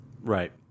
Right